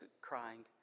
crying